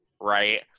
Right